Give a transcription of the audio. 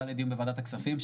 בוועדת הכספים,